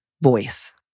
voice